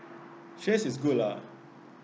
shares is good lah